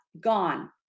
gone